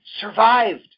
survived